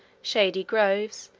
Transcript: shady groves,